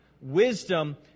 wisdom